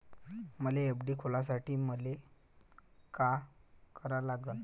मले एफ.डी खोलासाठी मले का करा लागन?